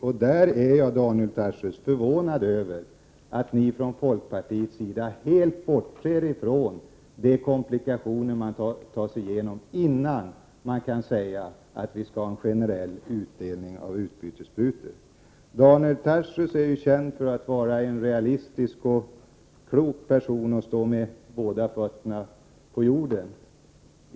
Jag är förvånad över, Daniel Tarschys, att ni från folkpartiets sida helt bortser från de komplikationer man måste ta sig igenom innan man kan säga att det skall bli en generell utdelning av utbytessprutor. Daniel Tarschys är känd för att vara en realistisk och klok person som står med båda fötterna på jorden.